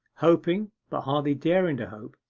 hoping, but hardly daring to hope,